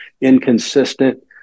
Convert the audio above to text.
inconsistent